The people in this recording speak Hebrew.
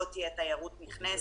לא תהיה תיירות נכנסת.